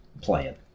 playing